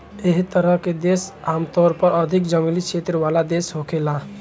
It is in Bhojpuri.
एह तरह के देश आमतौर पर अधिक जंगली क्षेत्र वाला देश होखेला